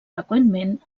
freqüentment